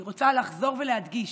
אני רוצה לחזור ולהדגיש: